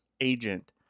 agent